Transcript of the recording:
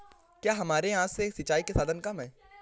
क्या हमारे यहाँ से सिंचाई के साधन कम है?